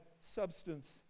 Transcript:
substance